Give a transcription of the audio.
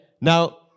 now